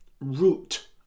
root